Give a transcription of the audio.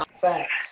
facts